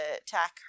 attack